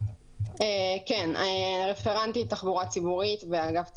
אני רפרנטית תחבורה ציבורית באגף תקציבים.